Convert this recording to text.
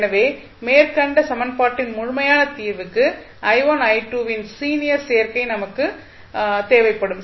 எனவே மேற்கண்ட சமன்பாட்டின் முழுமையான தீர்வுக்கு and யின் லீனியர் சேர்க்கை நமக்கு தேவைப்படும்